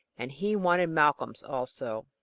and he wanted malcolm's also.